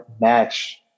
match